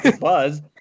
buzz